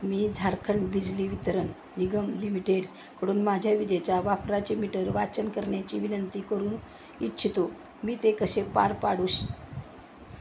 मी झारखंड बिजली वितरण निगम लिमिटेडकडून माझ्या विजेच्या वापराचे मीटर वाचन करण्याची विनंती करू इच्छितो मी ते कसे पार पाडू श